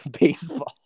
baseball